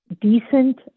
Decent